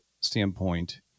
standpoint